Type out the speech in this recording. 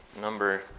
number